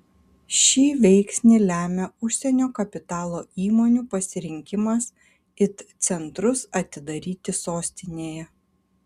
šį veiksnį lemia užsienio kapitalo įmonių pasirinkimas it centrus atidaryti sostinėje